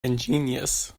ingenious